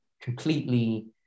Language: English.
completely